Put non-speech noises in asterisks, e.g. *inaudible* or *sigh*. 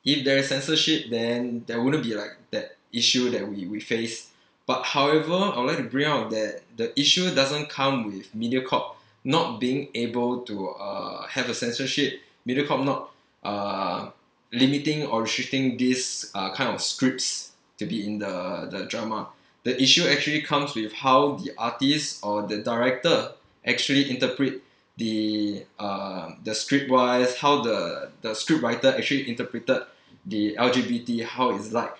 if there is censorship then there wouldn't be like that issue that we we face but however all that beyond that the issue doesn't come with Mediacorp *breath* not being able to uh have a censorship Mediacorp not uh limiting or shifting this uh kind of scripts to be in the the drama *breath* the issue actually comes with how the artists or the director actually interpret *breath* the uh the script wise how the the script writer actually interpreted the L_G_B_T how it's like